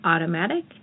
Automatic